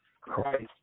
Christ